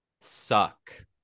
suck